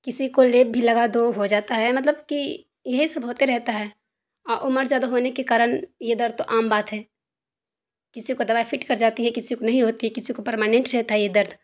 کسی کو لیپ بھی لگا دو ہو جاتا ہے مطلب کہ یہ سب ہوتے رہتا ہے عمر زیادہ ہونے کے کارن یہ درد تو عام بات ہے کسی کو دوائی فٹ کر جاتی ہے کسی کو نہیں ہوتی ہے کسی کو پرماننٹ رہتا ہے یہ درد